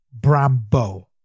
Brambo